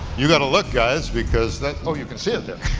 you got to look, guys, because that's oh, you can see it there.